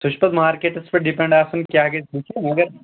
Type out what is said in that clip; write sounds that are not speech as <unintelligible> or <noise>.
سُہ چھُ پَتہٕ مارکیٹَس پٮ۪ٹھ ڈِپٮ۪نٛڈ آسان کیٛاہ گژھِ <unintelligible> مَگر